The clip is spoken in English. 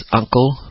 uncle